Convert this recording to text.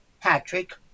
Patrick